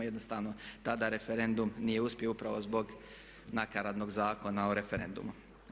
I jednostavno tada referendum nije uspio upravo zbog nakaradnog Zakona o referendumu.